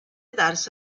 darsi